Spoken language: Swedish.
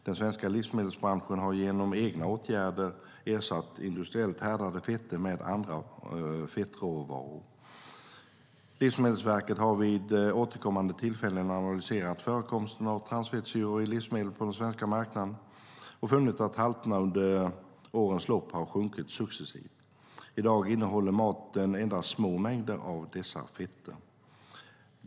Den svenska livsmedelsbranschen har genom egna åtgärder ersatt industriellt härdade fetter med andra fettråvaror. Livsmedelsverket har vid återkommande tillfällen analyserat förekomsten av transfettsyror i livsmedel på den svenska marknaden och funnit att halterna under årens lopp har sjunkit successivt. I dag innehåller maten endast små mängder av dessa fetter.